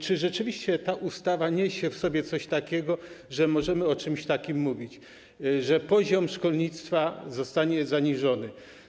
Czy rzeczywiście ta ustawa niesie w sobie coś takiego, że możemy mówić, że poziom szkolnictwa zostanie zaniżony?